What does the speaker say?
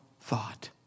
thought